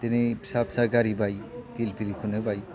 दिनै फिसा फिसा गारि बाय फिलफिलिखौनो बाय